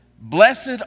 blessed